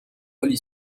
holly